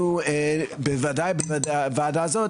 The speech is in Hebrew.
אנחנו ובוודאי בוועדה הזאת,